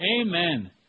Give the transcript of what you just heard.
Amen